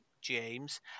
James